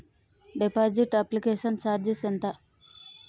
Deposit application charges ఎంత?